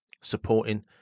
supporting